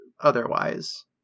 otherwise